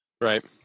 Right